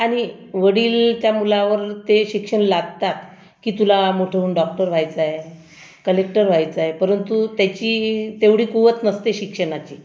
आणि वडील त्या मुलावर ते शिक्षण लादतात की तुला मोठं होऊन डॉक्टर व्हायचंय कलेक्टर व्हायचंय परंतु त्याची तेवढी कुवत नसते शिक्षणाची